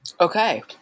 Okay